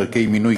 דרכי מינוי,